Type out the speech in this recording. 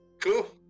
Cool